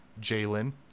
Jalen